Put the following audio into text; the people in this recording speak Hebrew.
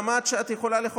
למעמד שבו את יכולה לחוקק.